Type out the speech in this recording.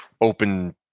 open